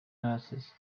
nurses